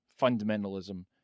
fundamentalism